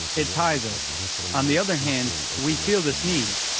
ah it ties us on the other hand, we feel this need.